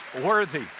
worthy